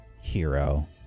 hero